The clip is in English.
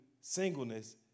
singleness